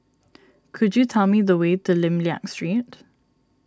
could you tell me the way to Lim Liak Street